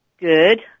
Good